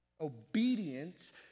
obedience